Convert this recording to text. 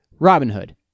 Robinhood